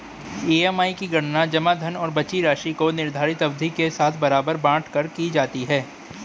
EMI की गणना जमा धन और बची राशि को निर्धारित अवधि के साथ बराबर बाँट कर की जाती है